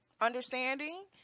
understanding